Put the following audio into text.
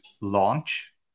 launch